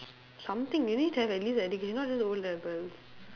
something you need to have at least education not just O levels